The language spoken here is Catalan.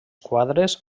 quadres